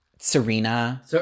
Serena